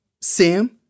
Sam